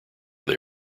they